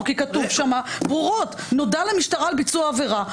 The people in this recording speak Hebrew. כי כתוב שם ברורות: נודע למשטרה על ביצוע עבירה,